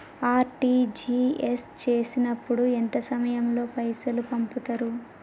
RTGS చేసినప్పుడు ఎంత సమయం లో పైసలు పంపుతరు?